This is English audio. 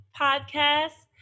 podcast